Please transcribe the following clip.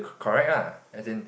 correct lah as in